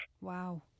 Wow